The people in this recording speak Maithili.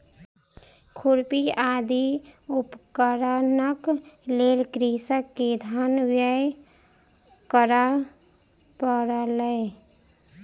खुरपी आदि उपकरणक लेल कृषक के धन व्यय करअ पड़लै